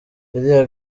iriya